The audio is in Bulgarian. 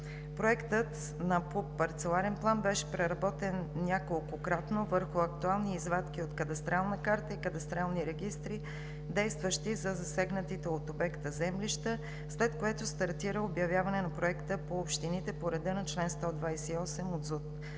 Проектът на ПУП-ПП беше преработен неколкократно върху актуални извадки от кадастрална карта и кадастрални регистри, действащи за засегнатите от обекта землища, след което стартира обявяване на Проекта по общините по реда на чл. 128 от